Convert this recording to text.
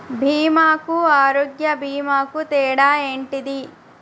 బీమా కు ఆరోగ్య బీమా కు తేడా ఏంటిది?